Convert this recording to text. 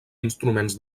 instruments